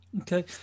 okay